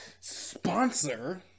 sponsor